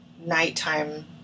nighttime